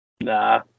Nah